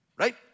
Right